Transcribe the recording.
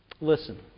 Listen